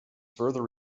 further